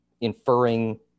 inferring